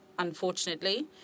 Unfortunately